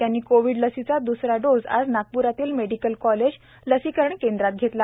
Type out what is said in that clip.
त्यांनी कोविड लसीचा द्रसरा डोस आज नागप्र शहरातील मेडिकल कॉलेज लसीकरण केंद्रात घेतला